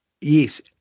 Yes